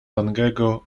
langego